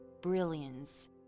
brilliance